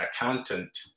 accountant